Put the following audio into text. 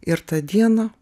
ir tą dieną